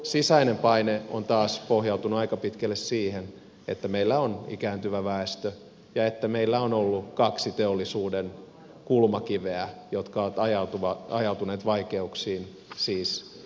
sisäinen paine taas on pohjautunut aika pitkälle siihen että meillä on ikääntyvä väestö ja että meillä on ollut kaksi teollisuuden kulmakiveä jotka ovat ajautuneet vaikeuksiin siis it sektori ja metsäsektori